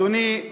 אדוני,